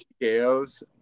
TKO's